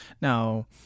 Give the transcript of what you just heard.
Now